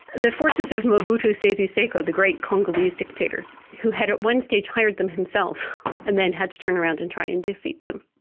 the forces of mobutu sese seko, the great congolese dictator who had at one stage hired them himself and then had to turn around and try and defeat them.